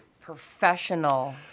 Professional